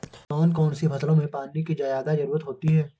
कौन कौन सी फसलों में पानी की ज्यादा ज़रुरत होती है?